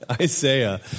Isaiah